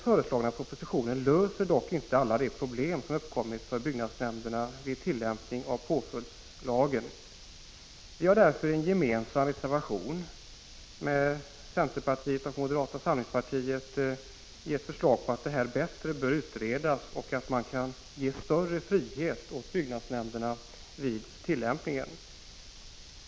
Förslagen i propositionen löser dock inte alla de problem som uppkommit för byggnadsnämnderna vid tillämpning av påföljdslagen. Folkpartiet har därför i en gemensam reservation med centerpartiet och moderata samlingspartiet föreslagit att frågan skall utredas bättre i syfte att ge större frihet åt byggnadsnämnderna vid tillämpningen.